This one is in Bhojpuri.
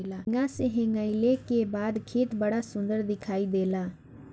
हेंगा से हेंगईले के बाद खेत बड़ा सुंदर दिखाई देला